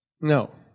No